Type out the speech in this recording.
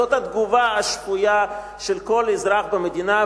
זאת התגובה השפויה של כל אזרח במדינה.